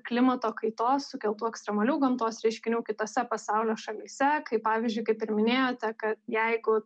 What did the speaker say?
klimato kaitos sukeltų ekstremalių gamtos reiškinių kitose pasaulio šalyse kaip pavyzdžiui kaip ir minėjote kad jeigu